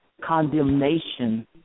condemnation